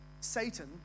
Satan